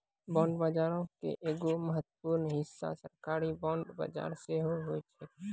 bond बजारो के एगो महत्वपूर्ण हिस्सा सरकारी बांड बजार सेहो होय छै